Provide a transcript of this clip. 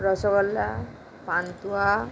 rasgulla pantua